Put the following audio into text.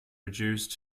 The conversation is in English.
reduced